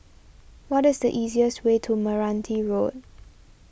what is the easiest way to Meranti Road